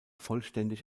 vollständig